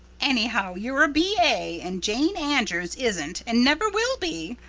anyhow, you're a b a. and jane andrews isn't and never will be,